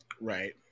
Right